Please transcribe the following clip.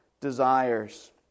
desires